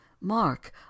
mark